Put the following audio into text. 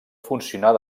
funcionar